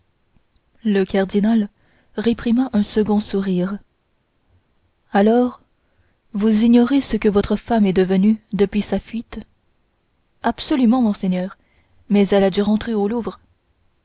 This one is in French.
le cardinal réprima un second sourire alors vous ignorez ce que votre femme est devenue depuis sa fuite absolument monseigneur mais elle a dû rentrer au louvre